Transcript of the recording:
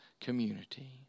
community